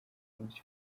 komisiyo